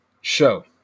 show